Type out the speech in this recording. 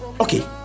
okay